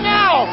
now